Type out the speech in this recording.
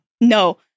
no